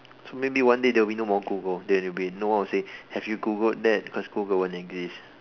so maybe one day there'll be no more Google then it'll be no one will say have you Googled that cause Google won't exist